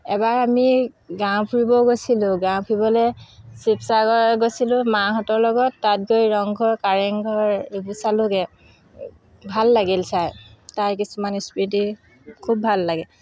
এবাৰ আমি গাঁও ফুৰিব গৈছিলোঁ গাঁও ফুৰিবলৈ ছিৱচাগৰ গৈছিলোঁ মাহঁতৰ লগত তাত গৈ ৰংঘৰ কাৰেংঘৰ এইবোৰ চালোঁগৈ ভাল লাগিল চাই তাৰ কিছুমান স্মৃতি খুব ভাল লাগে